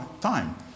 time